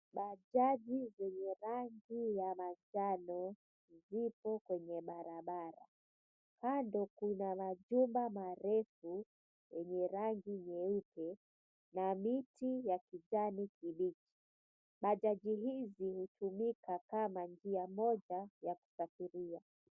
Bajaji zenye rangi ya manjano zipo kwenye barabara , kando kuna majumba marefu yenye rangi nyeupe na miti ya kijani kibichi. Bajaji hizi hutumika kama njia moja ya kisafiri.